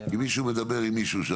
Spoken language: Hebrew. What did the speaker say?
קודם כל